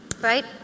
Right